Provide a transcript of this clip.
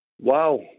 Wow